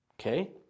Okay